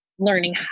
Learning